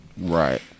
right